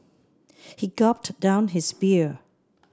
he gulped down his beer